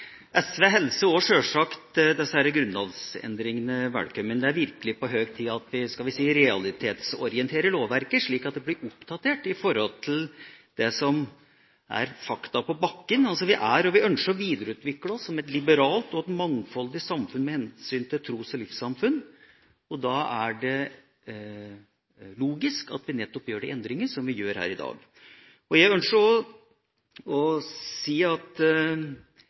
SV hilser også sjølsagt disse grunnlovsendringene velkommen. Det er virkelig på høg tid at vi realitetsorienterer lovverket, slik at det blir oppdatert i forhold til det som er «fakta på bakken»: Vi ønsker å videreutvikle oss som et liberalt og mangfoldig samfunn med hensyn til tro og livssyn. Da er det logisk at vi nettopp gjør de endringer som vi gjør her i dag. Jeg ønsker også å